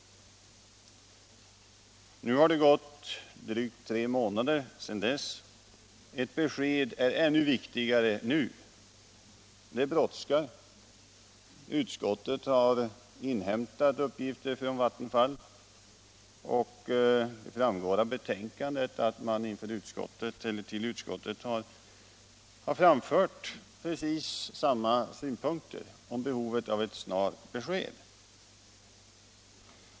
Nu har det gått drygt tre månader sedan dess. Ett besked är ännu viktigare nu. Det brådskar. Utskottet har inhämtat uppgifter från Vattenfall. Det framgår av betänkandet att man till utskottet har framfört precis samma synpunkter om behovet av ett snart besked.